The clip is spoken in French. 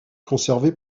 conservé